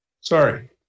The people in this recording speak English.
Sorry